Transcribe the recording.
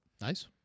Nice